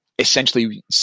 essentially